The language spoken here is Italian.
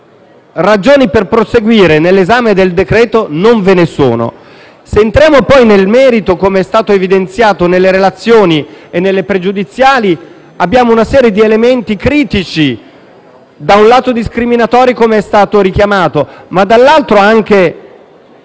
ragioni per proseguire nell'esame del decreto-legge. Se entriamo poi nel merito, come è stato evidenziato nelle relazioni e nelle questioni pregiudiziali, abbiamo una serie di elementi critici, da un lato discriminatori - come è stato richiamato - ma dall'altro anche